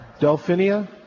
Delphinia